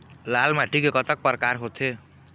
लाल माटी के कतक परकार होथे?